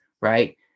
right